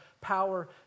power